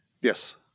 Yes